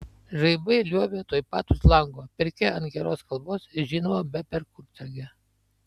žaibai liuobia tuoj pat už lango pirkia ant geros kalvos ir žinoma be perkūnsargio